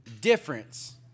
difference